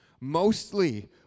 Mostly